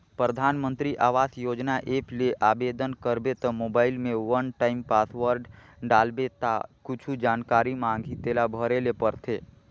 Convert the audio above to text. परधानमंतरी आवास योजना ऐप ले आबेदन करबे त मोबईल में वन टाइम पासवर्ड डालबे ता कुछु जानकारी मांगही तेला भरे ले परथे